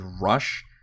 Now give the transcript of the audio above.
rush